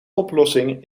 oplossing